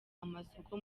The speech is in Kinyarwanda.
amasoko